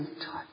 touch